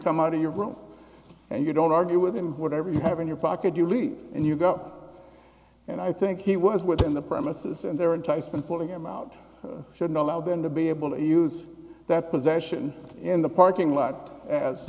come out of your room and you don't argue with him whatever you have in your pocket you leave and you go and i think he was within the premises and they're enticement pulling him out shouldn't allow them to be able to use that possession in the parking lot as